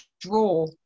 draw